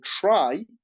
try